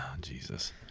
Jesus